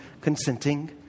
consenting